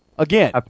Again